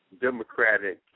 Democratic